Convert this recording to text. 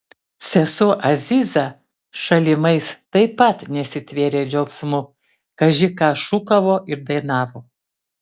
sesuo aziza šalimais taip pat nesitvėrė džiaugsmu kaži ką šūkavo ir dainavo